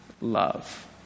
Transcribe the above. love